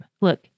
look